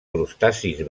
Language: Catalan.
crustacis